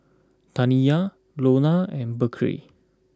Zaniyah Lonna and Berkley